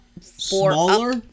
Smaller